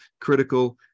critical